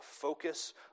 focus